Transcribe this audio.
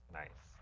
nice